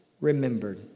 remembered